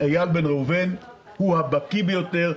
איל בן ראובן הוא הבקי ביותר,